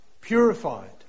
purified